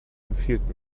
empfiehlt